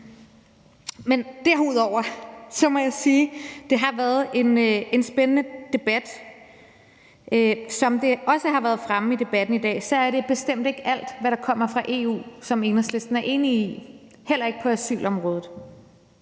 Men derudover må jeg sige, at det har været en spændende debat, og som det også har været fremme i debatten i dag, er det bestemt ikke alt, hvad der kommer fra EU, som Enhedslisten er enige i, heller ikke på asylområdet.